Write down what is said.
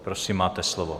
Prosím, máte slovo.